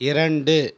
இரண்டு